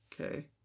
Okay